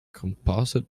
composite